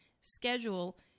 schedule